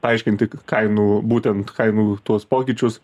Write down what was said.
paaiškinti kainų būtent kainų tuos pokyčius